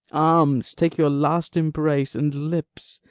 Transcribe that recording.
arms, take your last embrace! and, lips,